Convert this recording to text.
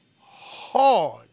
hard